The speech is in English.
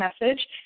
message